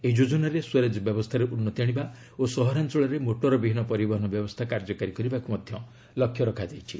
ଏହି ଯୋଚ୍ଚନାରେ ସ୍ୱେରେଜ୍ ବ୍ୟବସ୍ଥାରେ ଉନ୍ନତି ଆଶିବା ଓ ସହରାଞ୍ଚଳରେ ମୋଟରବିହୀନ ପରିବହନ ବ୍ୟବସ୍ଥା କାର୍ଯ୍ୟକାରୀ କରିବାକୁ ମଧ୍ୟ ଲକ୍ଷ୍ୟ ରଖାଯାଇଛି